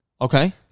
Okay